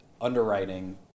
underwriting